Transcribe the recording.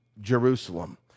Jerusalem